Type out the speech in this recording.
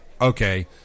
okay